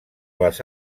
les